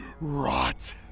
rot